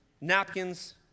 napkins